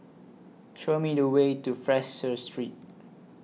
Show Me The Way to Fraser Street